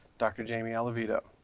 dr. jamie aliveto,